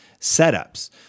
setups